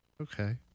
okay